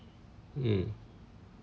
mm